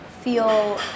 feel